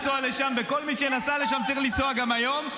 וכל מי שנסע לשם צריך לנסוע גם היום,